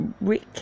Rick